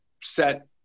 set